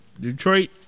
Detroit